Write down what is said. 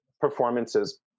performances